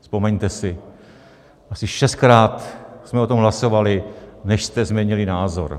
Vzpomeňte si, asi šestkrát jsme o tom hlasovali, než jste změnili názor.